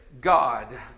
God